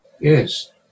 Yes